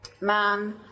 man